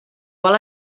vol